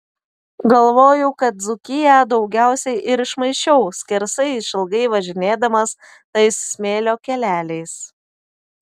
galvoju kad dzūkiją daugiausiai ir išmaišiau skersai išilgai važinėdamas tais smėlio keleliais